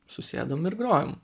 susėdom ir grojom